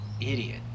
idiot